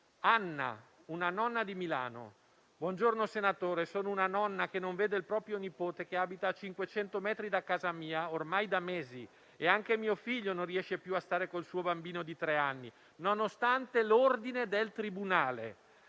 Anna, una nonna di Milano: «Buongiorno senatore, sono una nonna che non vede il proprio nipote - abita a 500 metri da casa mia - ormai da mesi e anche mio figlio non riesce più a stare col suo bambino di tre anni, nonostante l'ordine del tribunale.